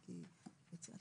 השאלה